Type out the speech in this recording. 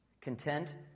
content